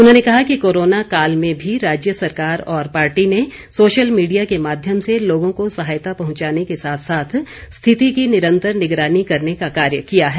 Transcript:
उन्होंने कहा कि कोरोना काल में भी राज्य सरकार और पार्टी ने सोशल मीडिया के माध्यम से लोगों को सहायता पहुंचाने के साथ साथ स्थिति की निरंतर निगरानी करने का कार्य किया है